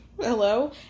hello